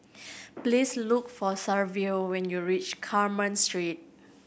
please look for Saverio when you reach Carmen Street